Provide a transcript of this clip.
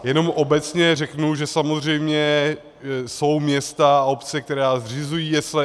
Jenom obecně řeknu, že samozřejmě jsou města a obce, které zřizují jesle.